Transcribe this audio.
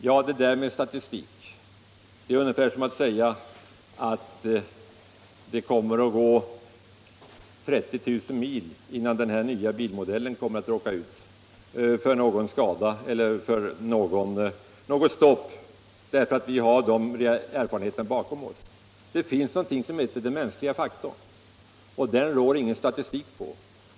Ja, med hjälp av statistik kan man även hävda att en bil av den nya modellen kan gå 30 000 mil innan den råkar ut för någon skada eller något stopp. Det finns emellertid något som heter den mänskliga faktorn och den rår ingen statistik på.